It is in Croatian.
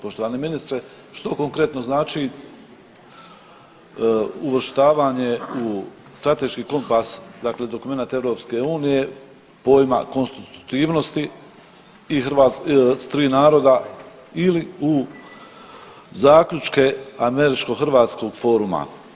Poštovani ministre što konkretno znači uvrštavanje u strateški kompas dakle dokumenata EU pojma konstitutivnosti s 3 naroda ili u zaključke američko-hrvatskog foruma.